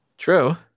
true